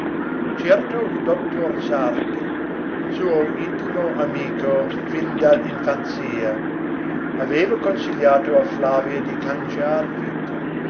certo il dottor sarti suo intimo amico fin dall'infanzia aveva consigliato a flavia di cangiar vita